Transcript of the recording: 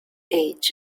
age